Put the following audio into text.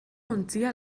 ontzia